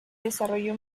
desarrolló